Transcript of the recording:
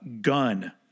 Gun